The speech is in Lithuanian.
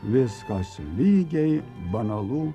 viskas lygiai banalu